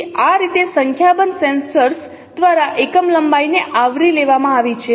તેથી આ રીતે સંખ્યાબંધ સેન્સર્સ દ્વારા એકમ લંબાઈને આવરી લેવામાં આવી છે